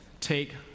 Take